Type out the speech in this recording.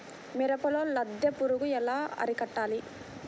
మిరపలో లద్దె పురుగు ఎలా అరికట్టాలి?